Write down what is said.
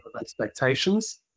expectations